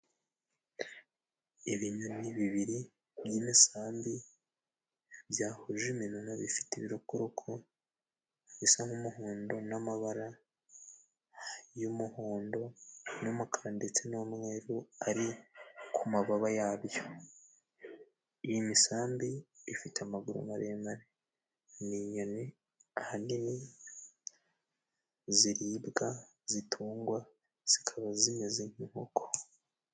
Ibinyoni bibiri by'imisambi byahuje iminwa, bifite ibirokoko bisa nk'umuhondo n'amabara y'umuhondo n'umukara ndetse n'umweru ari ku mababa yabyo; iyi misambi ifite amaguru maremare ni inyoni ahanini ziribwa ,zitungwa zikaba zimeze nk'inkoko.